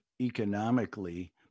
economically